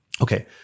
Okay